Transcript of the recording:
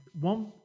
one